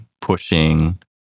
pushing